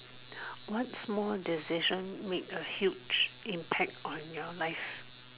what small decision made a huge impact on your life